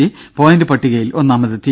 C point പട്ടികയിൽ ഒന്നാമതെത്തി